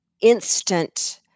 instant